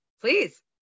Please